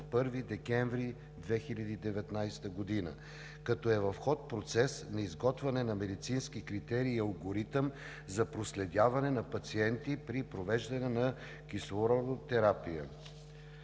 1 декември 2019 г., като е в ход процес на изготвяне на медицински критерии и алгоритъм за проследяване на пациенти при провеждане на кислородотерапия.